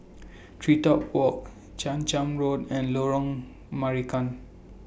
TreeTop Walk Chang Charn Road and Lorong Marican